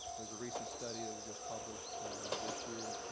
there's a recent study that was just published this year,